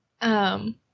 um-